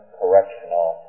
Correctional